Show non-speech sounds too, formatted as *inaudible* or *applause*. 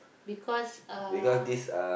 because uh *noise*